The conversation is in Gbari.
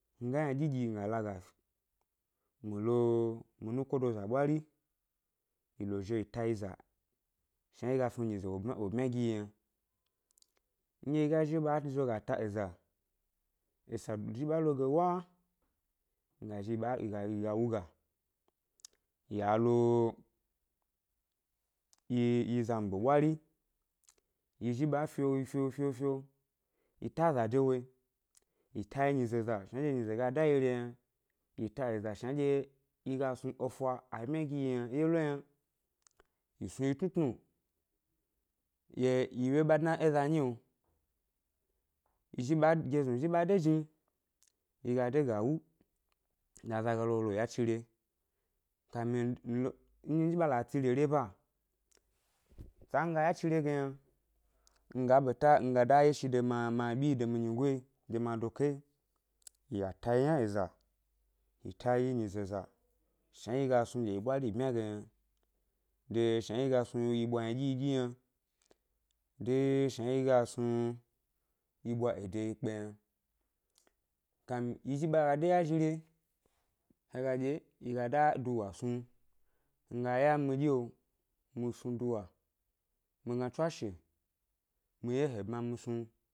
Nga ynaɗyi ɗyi nga laga mi lo mi nukodoza ɓwari yi lo zhi lo yi taza shnanɗye yi ga snu ge nyize è wo bma wo bmya gi yi yna, nɗye ga zhi ɓa zhio ga ta eza, esa zhi ɓa lo ge waa, yi ga zhi ɓa yi ga yi ya wuga ya lo yi yi yi zanɓe ɓwari, yi zhi ɓa fio, fio fio fio yi ta ʻza de wo yi, yi ta yi nyize ʻza shnnɗyre nyize ga da yi re yna, yi ta eza shnanɗye yi ga snu efa bmya gi yiyna ye lo yna, yi snu tnutnu ɗyi ʻwye ɓa dna é ʻza nyio, yi zhi ɓa geznu zhi ɓa de jni, yi ga dé ga wú zaza ga lo wo lo yachi re, kami kami mi lo, nzhi ɓa la tsi rere ba sa nga yachire ge yna mi ga da yashi de miabyi yi de mi nyigoyi de mia doke yi yi ga ta yi yna eza, yi ta yi nyize ʻza shnanɗye yi ga snu ge yi ɓwari è bmya ge yna, de shnaɗye yi ga snu yi ɓwa ynaɗyi yi ɗyi yna, de shnanɗye yi ga snu yi ɓwa de yi kpe yna, kam yi zhi ɓe ga de yazhire he ga ɗye ɗye ya da duwa snu, mi ga ya mi ɗyeo mi snu duwa mi gna tswashe mi ye he bma mi snu